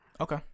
Okay